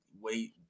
wait